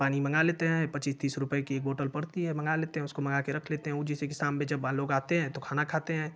पानी मंगा लेते हैं पच्चीस तीस रुपये कि एक बॉटल पड़ती है मंगा लेते है उसको मंगा कर रख लेते है उ जैसे कि शाम में जब मान लोग आते है तो खाना खाते है